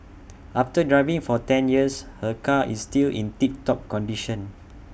after driving for ten years her car is still in tip top condition